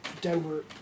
Denver